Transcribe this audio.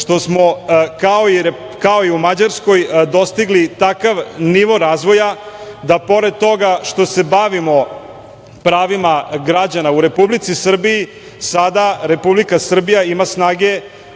što smo, kao i u Mađarskoj, dostigli takav nivo razvoja da pored toga što se bavimo pravima građana u Republici Srbiji, sada Republika Srbija ima snage